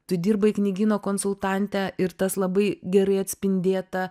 tu dirbai knygyno konsultante ir tas labai gerai atspindėta